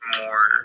more